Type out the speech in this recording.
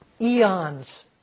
eons